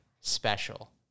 special